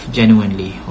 genuinely